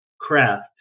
craft